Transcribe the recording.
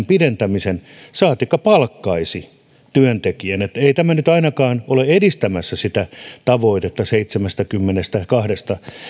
pidentämisen kuin palkkaisi työntekijän ei tämä nyt ainakaan ole edistämässä sitä tavoitetta seitsemänkymmenenkahden